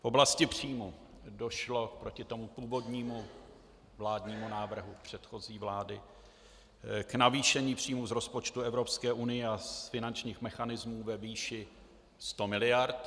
V oblasti příjmů došlo proti původnímu vládnímu návrhu předchozí vlády k navýšení příjmů z rozpočtu Evropské unie a z finančních mechanismů ve výši 100 mld.